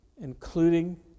including